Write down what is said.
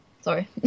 Sorry